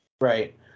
Right